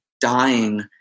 dying